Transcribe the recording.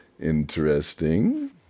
Interesting